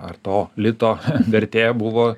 ar to lito vertė buvo